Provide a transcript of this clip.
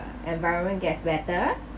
environment gets better